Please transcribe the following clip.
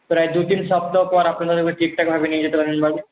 প্রায় দু তিন সপ্তাহ পর আপনি ঠিকঠাক ভাবে নিয়ে যেতে পারেন বাড়ি